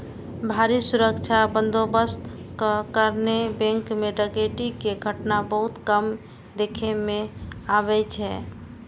भारी सुरक्षा बंदोबस्तक कारणें बैंक मे डकैती के घटना बहुत कम देखै मे अबै छै